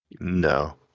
No